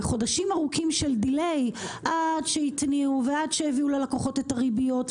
וחודשים ארוכים של דיליי עד שהתניעו ועד שהביאו ללקוחות את הריביות,